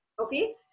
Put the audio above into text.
Okay